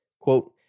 Quote